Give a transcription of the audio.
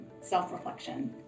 self-reflection